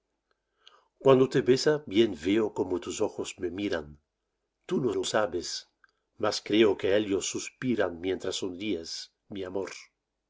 cuando te besa bien veo como tus ojos me miran tú no lo sabes mas creo que ellos suspiran mientras sonríes mi amor